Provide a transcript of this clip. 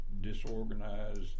disorganized